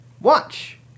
Watch